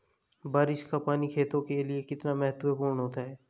बारिश का पानी खेतों के लिये कितना महत्वपूर्ण होता है?